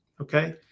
okay